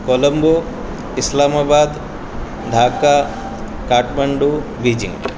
Colombo Islamabad Dhaka Kathmandu Beijing